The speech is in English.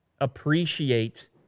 appreciate